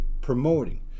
promoting